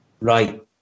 Right